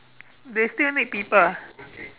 they still need people ah